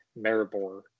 Maribor